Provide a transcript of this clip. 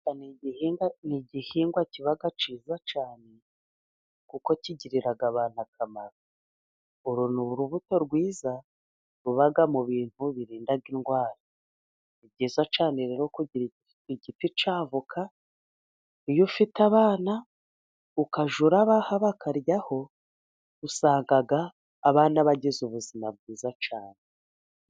Ni igihingwa kiba cyiza cyane kuko kigirira abantu akamaro. Uru ni urubuto rwiza ruba mu bintu birinda indwara. Ni byiza cyane rero kugira igiti cya avoka. Iyo ufite abana ukajya ubaha bakaryaho, usanga abana bagize ubuzima bwiza cyane.